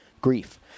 Grief